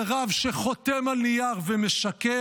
על רב שחותם על נייר ומשקר?